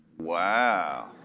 wow